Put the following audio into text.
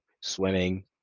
swimming